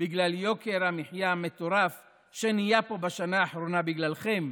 בגלל יוקר המחיה המטורף שנהיה פה בשנה האחרונה בגללכם,